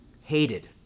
hated